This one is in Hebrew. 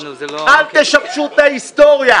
אל תשבשו את ההיסטוריה.